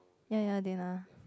ya ya they are